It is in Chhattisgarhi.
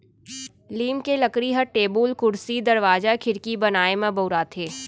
लीम के लकड़ी ह टेबुल, कुरसी, दरवाजा, खिड़की बनाए म बउराथे